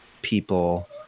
people